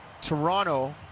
Toronto